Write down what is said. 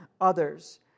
others